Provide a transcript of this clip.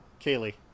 Kaylee